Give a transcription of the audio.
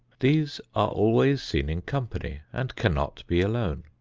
these are always seen in company and cannot be alone.